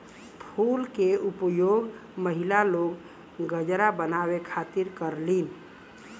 फूल के उपयोग महिला लोग गजरा बनावे खातिर करलीन